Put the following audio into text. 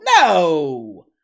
no